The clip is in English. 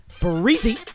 breezy